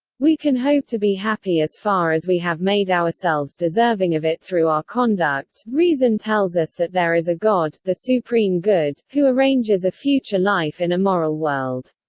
we can hope to be happy as far as we have made ourselves deserving of it through our conduct reason tells us that there is a god, the supreme good, who arranges a future life in a moral world.